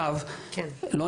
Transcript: אבל גם יש מענה בזמן אמת